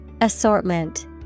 assortment